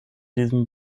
diesem